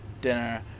dinner